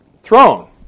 throne